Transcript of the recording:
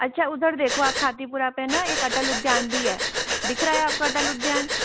अच्छा उधर देखो आप खातीपुरा पर न एक अटल उद्यान भी है दिख रहा है आपको अटल उद्यान